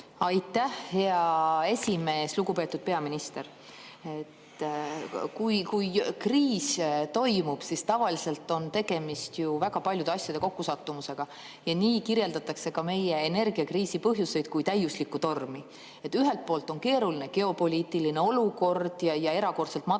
Aitäh, hea esimees! Lugupeetud peaminister! Kui on kriis, siis tavaliselt on tegemist ju väga paljude asjade kokkusattumisega. Nii kirjeldatakse ka meie energiakriisi põhjuseid kui täiuslikku tormi. Ühelt poolt on keeruline geopoliitiline olukord ja erakordselt madalad